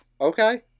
okay